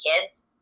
kids